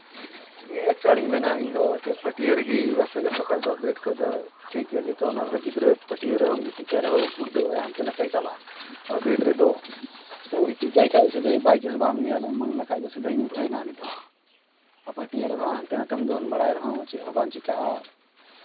ᱮᱠᱪᱩᱞᱞᱤᱧ ᱢᱮᱱᱟ ᱤᱧᱫᱚ ᱪᱮᱫ ᱯᱟᱹᱴᱭᱟᱹ ᱨᱮᱜᱮ ᱡᱚᱛᱚᱠᱷᱚᱡ ᱫᱚ ᱵᱮᱰ ᱠᱷᱚᱡ ᱫᱚ ᱴᱷᱤᱠ ᱜᱮᱭᱟ ᱡᱚᱛᱚ ᱚᱱᱟ ᱠᱚᱨᱮᱜ ᱜᱤᱫᱽᱨᱟᱹ ᱯᱟᱹᱴᱭᱟᱹ ᱨᱮᱦᱚᱸᱢ ᱜᱤᱛᱤᱡ ᱠᱟᱭ ᱨᱮᱦᱚᱸ ᱜᱩᱲᱫᱟᱹᱜ ᱟᱭ ᱦᱟᱱᱛᱮ ᱱᱟᱛᱮ ᱪᱟᱞᱟᱜ ᱟᱭ ᱟᱨ ᱵᱮᱰ ᱨᱮᱫᱚ ᱠᱚ ᱜᱤᱛᱤᱡ ᱠᱟᱭ ᱠᱷᱟᱡ ᱥᱮ ᱵᱟᱭᱪᱟᱱᱥ ᱵᱟᱢ ᱧᱮᱞ ᱮᱢᱟᱱ ᱞᱮᱠᱷᱟᱡ ᱫᱚ ᱥᱤᱫᱟᱹᱭ ᱧᱩᱨᱦᱟᱹᱭ ᱮᱱᱟ ᱩᱱᱤ ᱫᱚ ᱟᱨ ᱯᱟᱹᱴᱭᱟᱹ ᱨᱮᱫᱚ ᱦᱟᱱᱛᱮ ᱱᱟᱛᱮᱢ ᱫᱚᱱ ᱵᱟᱲᱟᱭ ᱨᱮᱦᱚᱸ ᱪᱮᱫ ᱦᱚᱸ ᱵᱟᱝ ᱪᱤᱠᱟᱜᱼᱟ